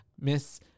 Miss